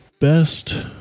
best